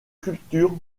cultures